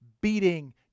beating